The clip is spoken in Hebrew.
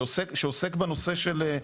שעוסק בנושא של,